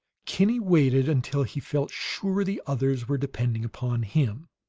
kinney waited until he felt sure the others were depending upon him.